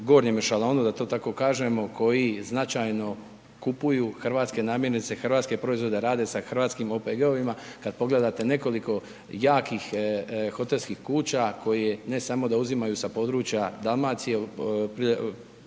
razumije./… da to tako kažemo, koji značajno kupuju hrvatske namjernice, hrvatske proizvode, rade sa hrvatskim OPG-ovima, kada pogledate nekoliko jakih hotelskih kuća, koji ne samo da uzimaju sa područja Dalmacije,